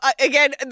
Again